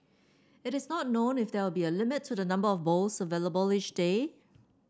it is not known if there will be a limit to the number of bowls available each day